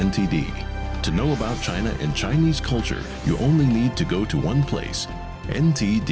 and to know about china in chinese culture you only need to go to one place indeed